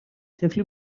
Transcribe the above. طفلی